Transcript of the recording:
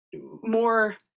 more